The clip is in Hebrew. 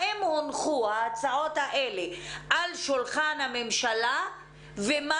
האם הונחו ההצעות האלה על שולחן הממשלה ומה